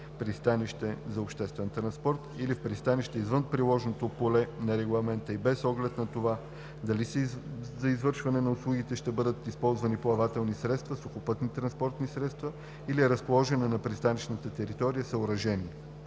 пристанище за обществен транспорт, или в пристанища извън приложното поле на регламента и без оглед на това, дали за извършване на услугата ще бъдат използвани плавателни средства, сухопътни транспортни средства или разположени на пристанищната територия съоръжения.